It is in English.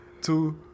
Two